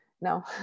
no